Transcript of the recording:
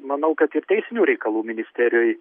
manau kad ir teisinių reikalų ministerijoj